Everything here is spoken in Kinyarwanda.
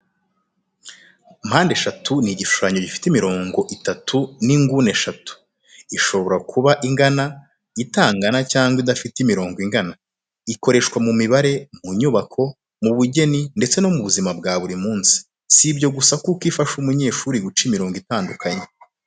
Mpandeshatu ni igishushanyo gifite imirongo itatu n’inguni eshatu. Ishobora kuba ingana, itangana cyangwa idafite imirongo ingana. Ikoreshwa mu mibare, mu nyubako, mu bugeni ndetse no mu buzima bwa buri munsi. Si ibyo gusa kuko ifasha umunyeshuri guca imirongo itandukanye.